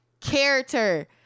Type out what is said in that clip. character